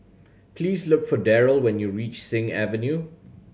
please look for Darryl when you reach Sing Avenue